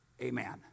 amen